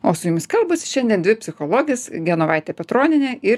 o su jumis kalbasi šiandien dvi psichologės genovaitė petronienė ir